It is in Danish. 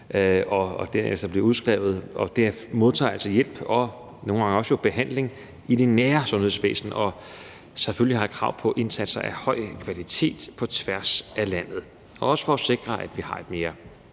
og de modtager altså hjælp og jo nogle gange også behandling i det nære sundhedsvæsen. De har selvfølgelig et krav på indsatser af høj kvalitet på tværs af landet. Det er også for at sikre, at vi har et mere